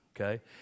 okay